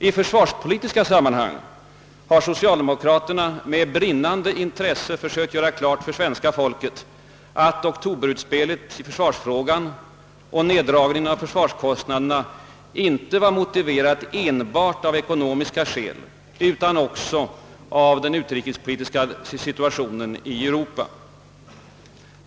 I försvarspolitiska sammanhang har socialdemokraterna med brinnande intresse försökt göra klart för svenska folket, att oktoberutspelet i försvarsfrågan och nedskärningen av försvarskostnaderna var motiverade inte enbart av ekonomiska skäl utan också av den utrikespolitiska situationen i Europa.